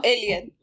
Alien